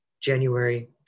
January